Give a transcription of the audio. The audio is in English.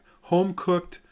home-cooked